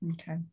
Okay